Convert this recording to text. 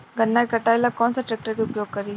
गन्ना के कटाई ला कौन सा ट्रैकटर के उपयोग करी?